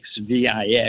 V-I-X